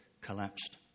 collapsed